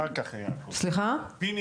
פיני